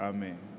Amen